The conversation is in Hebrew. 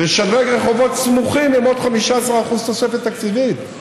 לשדרג רחובות סמוכים עם עוד 15% תוספת תקציבית.